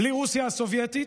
בלי רוסיה הסובייטית,